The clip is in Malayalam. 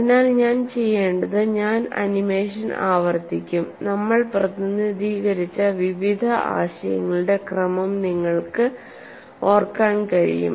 അതിനാൽ ഞാൻ ചെയ്യേണ്ടത് ഞാൻ ആനിമേഷൻ ആവർത്തിക്കും നമ്മൾ പ്രതിനിധീകരിച്ച വിവിധ ആശയങ്ങളുടെ ക്രമം നിങ്ങൾക്ക് ഓർക്കാൻ കഴിയും